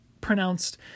pronounced